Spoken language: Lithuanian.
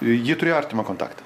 ji turėjo artimą kontaktą